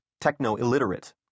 techno-illiterate